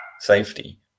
safety